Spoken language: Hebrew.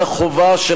לא במקרה,